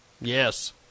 Yes